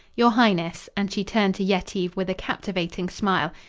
your highness, and she turned to yetive with a captivating smile,